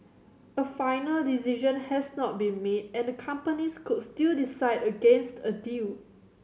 a final decision has not been made and the companies could still decide against a deal